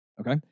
okay